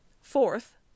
Fourth